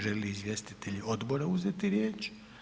Želi li izvjestitelji odbora uzeti riječ?